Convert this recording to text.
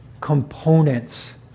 components